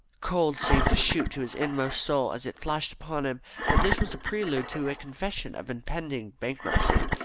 cold seemed to shoot to his inmost soul as it flashed upon him that this was a prelude to a confession of impending bankruptcy,